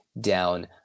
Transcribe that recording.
down